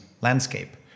landscape